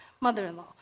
mother-in-law